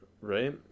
right